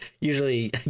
Usually